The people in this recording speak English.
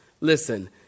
listen